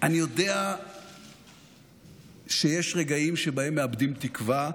אני יודע שיש רגעים שבהם מאבדים תקווה.